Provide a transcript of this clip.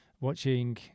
watching